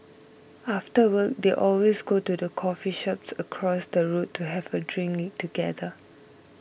after work they always go to the coffee shop across the road to have a drink together